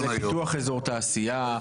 לפיתוח אזור תעשייה,